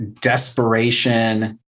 desperation